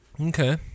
Okay